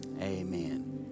amen